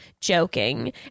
joking